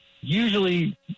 Usually